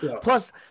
Plus